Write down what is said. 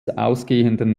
ausgehenden